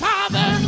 Father